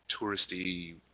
touristy